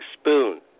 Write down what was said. spoon